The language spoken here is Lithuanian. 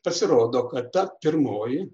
pasirodo kad ta pirmoji